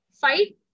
fight